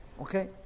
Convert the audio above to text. Okay